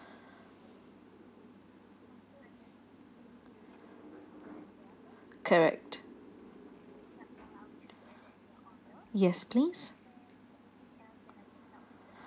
correct yes please